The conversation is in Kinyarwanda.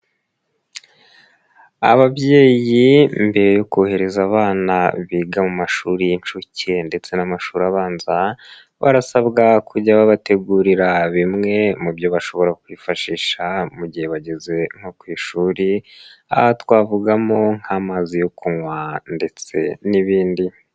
Ababyeyi mbere yo kohereza abana biga mu mashuri y'inshuke ndetse n'amashuri abanza, barasabwa kujya babategurira bimwe mu byo bashobora kwifashisha mu gihe bageze nko ku ishuri, aha twavugamo nk'amazi yo kunywa ndetse n'ibindi.